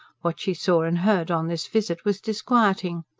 what she saw and heard on this visit was disquieting.